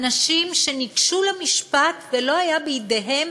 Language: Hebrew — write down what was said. אנשים שניגשו למשפט ולא הייתה בידיהם